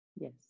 Yes